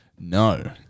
No